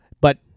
But-